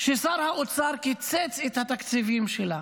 ששר האוצר קיצץ את התקציבים שלה.